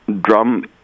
drum